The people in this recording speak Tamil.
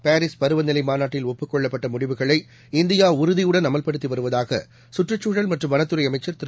பாரிஸ் பருவநிலை மாநாட்டில் ஒப்புக் கொள்ளப்பட்ட முடிவுகளை இந்தியா உறுதியுடன் அமல்படுத்தி வருவதாக கற்றுச்சூழல் மற்றும் வனத்துறை அமைச்சர் திரு